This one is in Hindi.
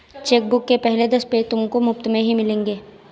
चेकबुक के पहले दस पेज तुमको मुफ़्त में ही मिलेंगे